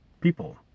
people